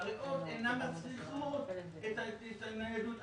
והריאות אינן מצריכות את הניידות.